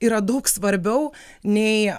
yra daug svarbiau nei